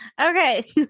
Okay